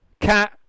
Cat